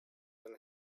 and